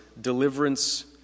deliverance